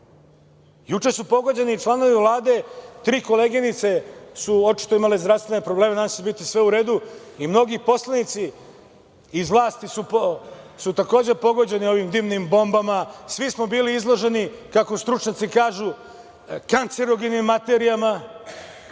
Juče su pogođeni i članovi Vlade, tri koleginice su očito imale zdravstvene probleme nadam se da će biti sve u redu i mnogi poslanici iz vlasti su takođe pogođeni ovim dimnim bombama, svi smo bili izloženi kako stručnjaci kažu – kancerogenim materijama.